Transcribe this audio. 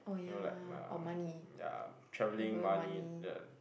you know like um ya travelling money the